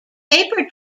paper